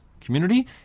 community